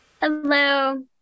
Hello